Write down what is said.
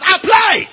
Apply